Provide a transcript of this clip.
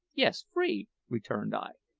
yes, free, returned i.